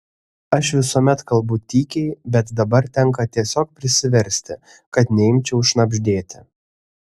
aš visuomet kalbu tykiai bet dabar tenka tiesiog prisiversti kad neimčiau šnabždėti